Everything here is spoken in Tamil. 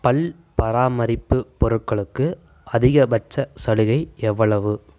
பல் பராமரிப்பு பொருட்களுக்கு அதிகபட்ச சலுகை எவ்வளவு